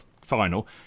final